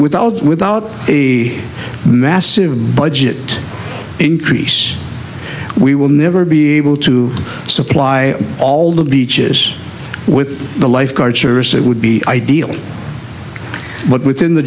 t without a massive budget increase we will never be able to supply all the beaches with the lifeguard service that would be ideal but within the